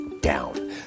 down